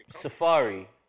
Safari